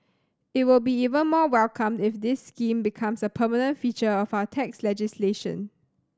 it will be even more welcomed if this scheme becomes a permanent feature of our tax legislation